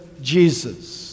Jesus